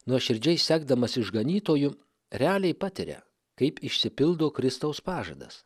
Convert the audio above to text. nuoširdžiai sekdamas išganytoju realiai patiria kaip išsipildo kristaus pažadas